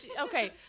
Okay